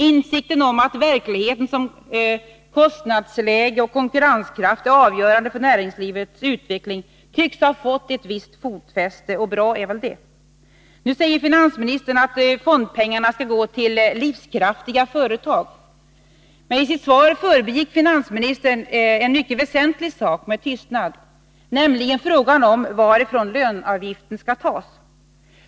Insikten om att verkligheten, kostnadsläge och konkurrenskraft är avgörande för näringslivets utveckling tycks ha fått ett visst fotfäste, och bra är väl det. Nu säger finansministern att fondpengarna skall gå till livskraftiga företag. Men i sitt svar förbigick han med tystnad en mycket väsentlig sak, nämligen frågan om varifrån löneavgiften skall tas.